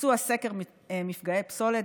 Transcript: ביצוע סקר מפגעי פסולת,